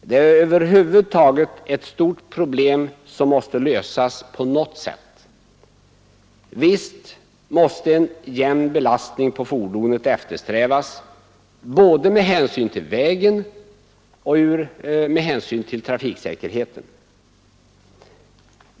Det är över huvud taget ett stort problem, som måste lösas på något sätt. Visst måste en jämn belastning på fordonet eftersträvas både med hänsyn till vägen och med hänsyn till trafiksäkerheten.